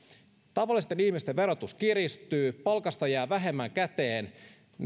tavallisten ihmisten verotus kiristyy palkasta jää vähemmän käteen